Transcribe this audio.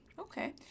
Okay